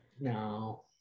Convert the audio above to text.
No